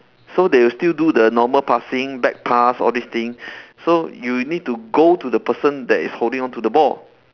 so they will still do the normal passing back pass all this thing so you will need to go to the person that is holding on to the ball